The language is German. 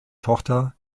tochter